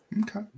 Okay